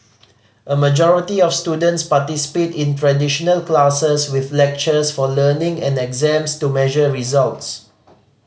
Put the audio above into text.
a majority of students participate in traditional classes with lectures for learning and exams to measure results